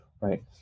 right